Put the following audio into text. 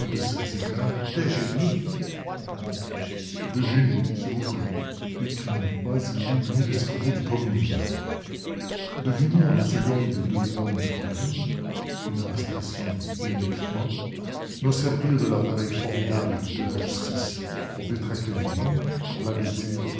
ces éclairs de génie interrompis-je de génie si vous voulez et qui n'eût pas illuminé le cerveau du premier venu deviner en une seconde les deux termes du problème une arrestation et un acquittement me servir de l'appareil formidable de la justice pour détraquer mon homme pour